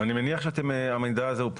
אני מניח שהמידע הזה הוא פומבי,